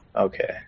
Okay